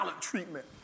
treatment